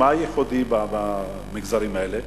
מה ייחודי במגזרים האלה?